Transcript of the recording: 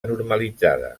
normalitzada